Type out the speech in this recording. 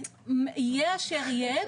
יהיה אשר יהיה,